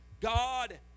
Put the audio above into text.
God